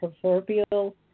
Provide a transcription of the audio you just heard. proverbial